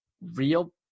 real